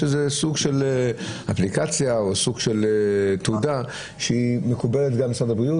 סוג של אפליקציה או סוג של תעודה שמקובלת על משרד הבריאות,